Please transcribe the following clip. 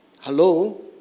Hello